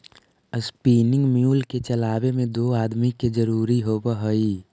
spinning mule के चलावे में दो आदमी के जरुरी होवऽ हई